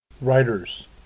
writers